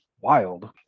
wild